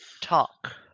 Talk